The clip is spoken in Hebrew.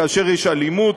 כאשר יש אלימות,